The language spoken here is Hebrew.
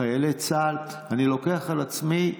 חיילי צה"ל, אני לוקח על עצמי.